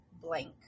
blank